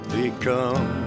become